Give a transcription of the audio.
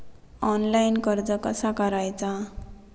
Online कर्ज कसा करायचा?